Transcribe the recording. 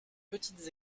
petites